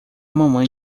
mamãe